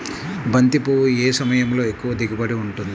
బంతి పువ్వు ఏ సమయంలో ఎక్కువ దిగుబడి ఉంటుంది?